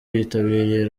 bitabiriye